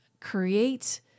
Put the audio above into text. create